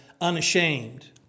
Unashamed